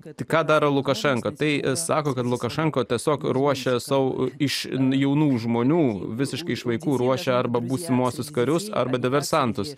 kad tai ką daro lukašenka tai sako kad lukašenka tiesiog ruošia sau iš jaunų žmonių visiškai vaikų ruošia arba būsimuosius karius arba diversantus